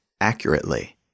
accurately